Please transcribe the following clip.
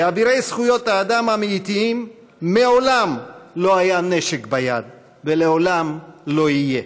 לאבירי זכויות האדם האמיתיים מעולם לא היה נשק ביד ולעולם לא יהיה.